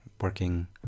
working